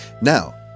Now